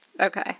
Okay